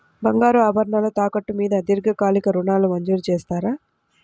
బంగారు ఆభరణాలు తాకట్టు మీద దీర్ఘకాలిక ఋణాలు మంజూరు చేస్తారా?